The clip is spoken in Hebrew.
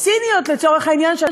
סיניות, לצורך העניין?